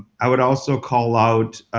i would also call out